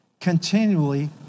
continually